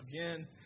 again